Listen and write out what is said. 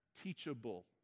teachable